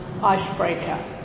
icebreaker